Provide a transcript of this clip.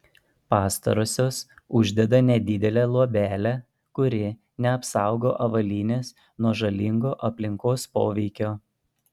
pastarosios uždeda nedidelę luobelę kuri neapsaugo avalynės nuo žalingo aplinkos poveikio